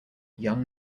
young